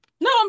No